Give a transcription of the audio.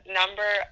number